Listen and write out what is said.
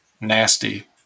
nasty